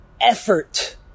effort